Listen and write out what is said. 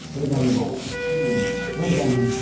what does that mean? social media meeting. what does that mean?